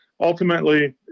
ultimately